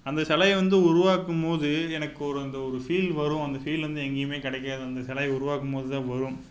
அந்த சிலைய வந்து உருவாக்கும் போது எனக்கு ஒரு அந்த ஒரு ஃபீல் வரும் அந்த ஃபீல் வந்து எங்கேயுமே கிடைக்காது அந்த சிலைய உருவாக்கும் போது தான் வரும்